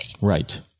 Right